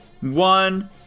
one